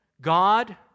God